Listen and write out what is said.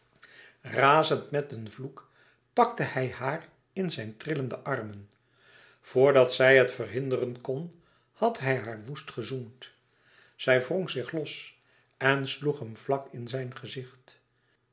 razend met een vloek pakte hij haar in eens in zijn trillende armen voordat zij het verhinderen kon had hij haar woest gezoend zij wrong zich los en sloeg hem vlak in zijn gezicht